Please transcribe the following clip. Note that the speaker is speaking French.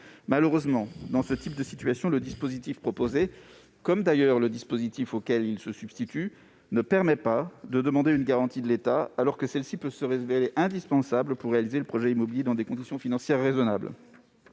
Malheureusement, dans ce type de situation, le dispositif proposé, comme celui auquel il se substitue, ne permet pas de demander une garantie de l'État, alors que celle-ci peut se révéler indispensable pour réaliser le projet immobilier dans des conditions financières raisonnables.